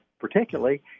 particularly